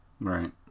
Right